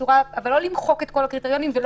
אבל לא למחוק את כל הקריטריונים.